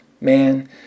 man